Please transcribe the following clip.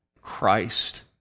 Christ